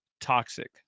toxic